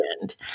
end